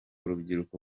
urubyiruko